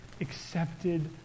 accepted